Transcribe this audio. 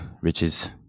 riches